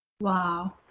Wow